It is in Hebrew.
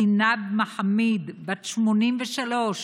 זינאב מחאמיד, בת 83,